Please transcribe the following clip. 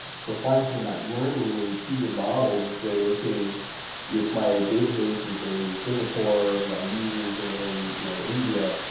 so applying some of that learning to your model to say okay if my database is in singapore and my user's in, you know, india.